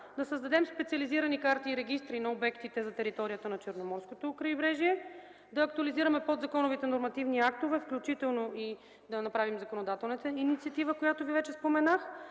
Да създадем специализирани карти и регистри на обектите за територията на Черноморското крайбрежие. Да актуализираме подзаконовите нормативни актове, включително да направим законодателната инициатива, която вече споменах,